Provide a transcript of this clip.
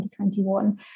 2021